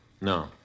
No